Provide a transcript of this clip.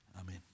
Amen